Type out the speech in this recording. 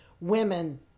women